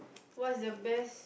what's the best